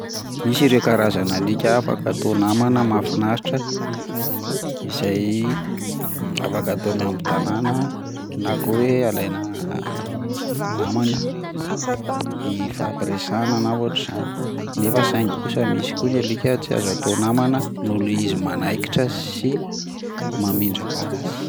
Misy ireo karazana alika afaka atao namana mahafinaritra izay afaka atao miambin-tanana na koa hoe alaina namana hifampiresahana na ohatran'izany, nefa saingy kosa misy koa ny alika tsy azo atao namana noho le izy manaikitra sy mamindra parasy.